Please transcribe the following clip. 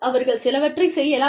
அவர்கள் சிலவற்றைச் செய்யலாம்